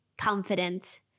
confident